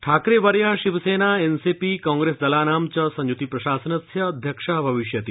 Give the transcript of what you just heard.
ठाकरेवर्य शिवसेना एन्सीपी कांग्रेस्दलानां च संय्ति प्रशासनस्य अध्यक्ष भविष्यति